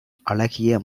அழகிய